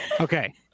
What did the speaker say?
Okay